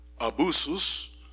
abusus